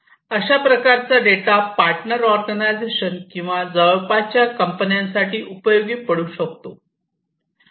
अशा प्रकारचा data partner organisation किंवा जवळपासच्या कंपन्यांसाठी उपयोगी पडू शकतो